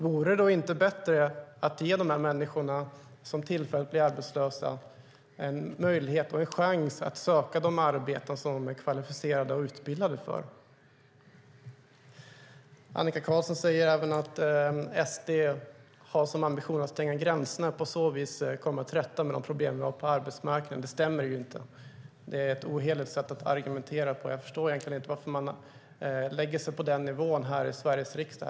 Vore det inte bättre att ge de människor som tillfälligt blir arbetslösa en möjlighet och en chans att söka de arbeten som de är kvalificerade och utbildade för? Annika Qarlsson säger också att Sverigedemokraterna har som ambition att stänga gränserna och på så vis komma till rätta med de problem som vi har på arbetsmarknaden. Det stämmer inte. Det är ett ohederligt sätt att argumentera på. Jag förstår egentligen inte varför man lägger sig på den nivån här i Sveriges riksdag.